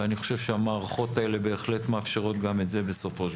אני חושב שהמערכות האלה סופו של דבר בהחלט מאפשרות גם את זה.